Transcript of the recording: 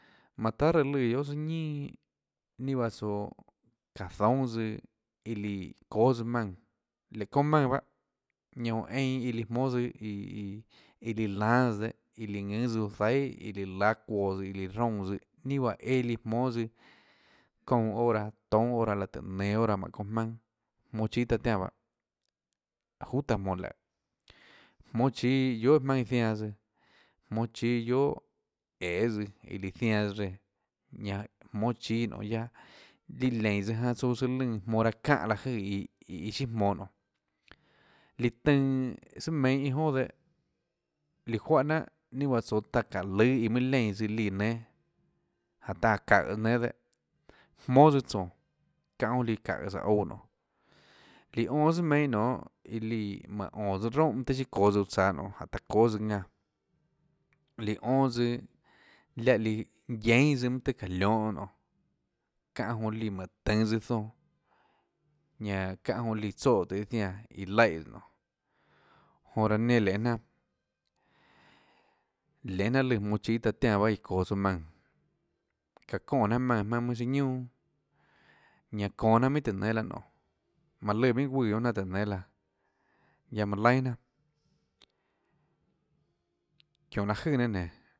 Manã tahà reã lùã guiohà søã ñinà ninã juáhã tsoå çáå zoúnâ tsøã iã líã çóâs maùnã léhå çonã maùnã bahâ ñanã oå einã líã jmónâ tsøã iiiå iå líã lánâ tsøã dehâ iå líã ðùnâs uã zaihà iã líã láâ çuoãs iã líã ruónãs tsøã ninâ juáhã eã líã jmónâ tsøã çounã hora toúnâ hora laã tùhå nenå hora çounã jmaønâ jmonå chíâ taã tiánã bahâ juhà taã jmonå laùhå jmónâ chíâ guiohà maønâ iã zianã tsøã mónâ chíâ guiohà ææê tsøã iã lùã zianãs reã ñanã jmónâ chíâ nonê guiaâ líã leínå tsøã janã tsouã tsøã lùnã jmonå raâ çáhã láhå jøè iii iã siâ jmonå nonê líã tønã sùà meinhâ iâ jonà dehâ líã juáhà jnanhà ninâ juáhã tsoå taã çáhå lùâ iâ mønâ leínã tsøã líã nénâ jáhå taã áå çaùhås nénâ dehâ jmóâ tsøã tsónå çáhã jonã líã çáhås sùå ouã nonê líã onâ tsùà meinhâ nonê iã líã mánå ónås roúnhà mønâ tøhê siâ çoås uã tsaå nonê jáhå taã çóâs ðanã líã onâ tsøã láhã líã guiénâ tsøã mønâ tahê çáå lionhå nonê çánã jonã líã mánhå tønå tsøã zonãña çáhã jonã líã tsoè tùhå iâ ñianã iã laíhã nonê onã raã nenã lenhê jnanà lenhê jnanà lùãjmonå chíâ taã tiánã bahâ iã çoå tsouã maùnã çaâ çonè jnanà maùnã jmaønâ mønâ siâ ñunà ñanã ðonå jnanà minhà tùhå nénâ laã nonê manã lùã minhà guùã guionà jnanà tùhã nénâ laã guiaâ manã laínà jnanà çiónhå láhå jøè nenã nénå.